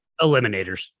Eliminators